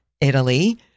Italy